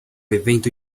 evento